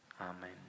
Amen